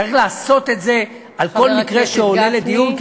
צריך לעשות את זה על כל מקרה שעולה לדיון,